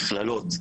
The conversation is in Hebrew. מכללות,